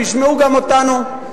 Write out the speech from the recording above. שישמעו גם אותנו.